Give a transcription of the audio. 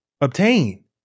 obtain